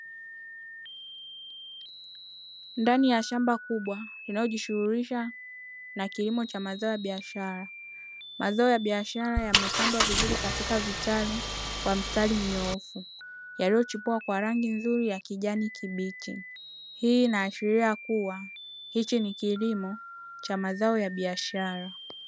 Ndani ya shamba kubwa linalojishughulisha na kilimo cha mazao ya biashara. Mazao ya biashara yamepandwa vizuri katika vitalu kwa mstari mnyoofu, yaliyochipua kwa rangi nzuri ya kijani kibichi. Hii inaashiria kuwa, hichi ni kilimo cha mazao ya biashara.